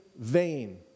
vain